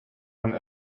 man